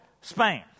Spain